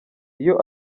iyo